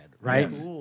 right